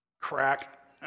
Crack